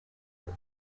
from